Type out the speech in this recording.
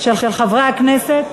של חברי הכנסת,